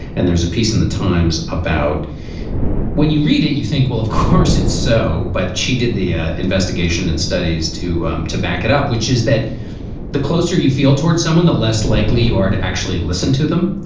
and there's a piece in the times about when you read it, you think, well, of course it's so. but she did the ah investigation and studies to um to back it up, which is that the closer you feel towards someone, the less likely you are to actually listen to them.